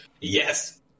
yes